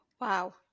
Wow